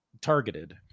targeted